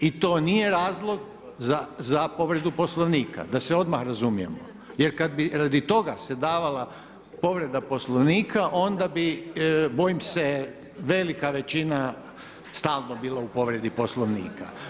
I to nije razlog za povredu Poslovnika da se odmah razumijemo, jer kada bi radi toga se davala povreda poslovnika, onda bi, bojim se velika većina stalno bila u povredi poslovnika.